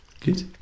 Good